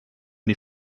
die